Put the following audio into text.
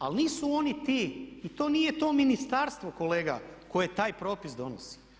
Ali nisu oni ti i to nije to ministarstvo kolega koje taj propis donosi.